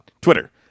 Twitter